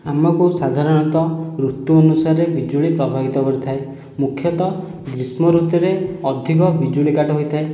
ଆମକୁ ସାଧାରଣତଃ ଋତୁ ଅନୁସାରେ ବିଜୁଳି ପ୍ରଭାବିତ କରିଥାଏ ମୁଖ୍ୟତଃ ଗ୍ରୀଷ୍ମ ଋତୁରେ ଅଧିକ ବିଜୁଳି କାଟ ହୋଇଥାଏ